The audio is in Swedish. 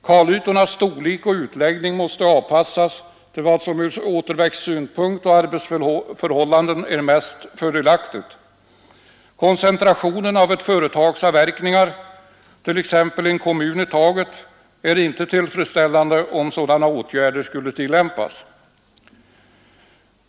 Kalytornas storlek och utläggning måste avpassas till vad som ur återväxtsynpunkt och arbetsförhållanden är mest fördelaktigt. Koncentration av ett företags avverkningar till exempelvis en kommun i taget är ur denna synpunkt inte tillfredsställande.